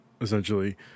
essentially